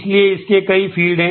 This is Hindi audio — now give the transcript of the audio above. इसलिए इसके कई फ़ील्ड हैं